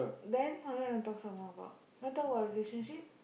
then what you want to talk some more about want to talk about relationship